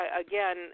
again